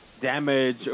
damage